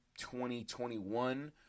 2021